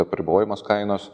apribojimas kainos